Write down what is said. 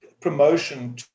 promotion